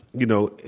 you know,